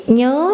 nhớ